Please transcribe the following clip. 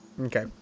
Okay